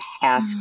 half